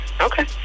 Okay